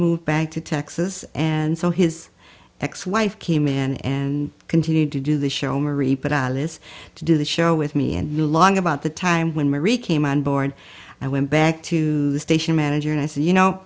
moved back to texas and so his ex wife came in and continued to do the show marie put alice to do the show with me and along about the time when marie came on board i went back to the station manager and i said you know